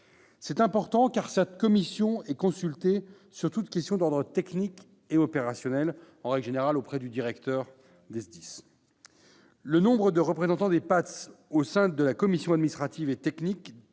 C'est important, car cette commission est consultée sur toutes les questions d'ordre technique et opérationnel- en règle générale, auprès du directeur du SDIS. Le nombre des représentants des PATS au sein de la commission administrative et technique